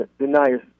deniers